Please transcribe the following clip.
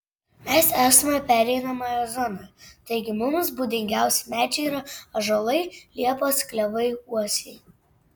mes esame pereinamoje zonoje taigi mums būdingiausi medžiai yra ąžuolai liepos klevai uosiai